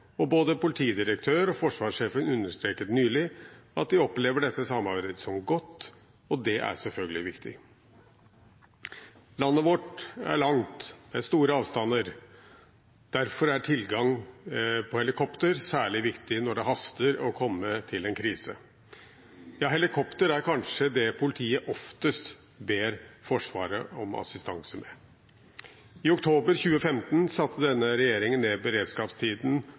og både politidirektøren og forsvarssjefen understreket nylig at de opplever dette samarbeidet som godt, og det er selvfølgelig viktig. Landet vårt er langt, det er store avstander, derfor er tilgang på helikopter særlig viktig når det haster med å komme til en krise. Helikopter er kanskje det politiet oftest ber Forsvaret om assistanse med. I oktober 2015 satte denne regjeringen ned beredskapstiden